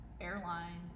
airlines